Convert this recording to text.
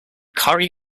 curry